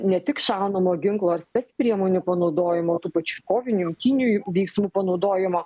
ne tik šaunamo ginklo ar spec priemonių panaudojimo tų pačių kovinių imtynių veiksmų panaudojimo